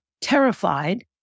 terrified